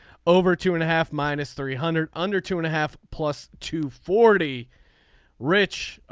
over two and a half minus three hundred under two and a half plus two forty rich.